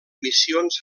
missions